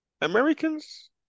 Americans